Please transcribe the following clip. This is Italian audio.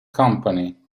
company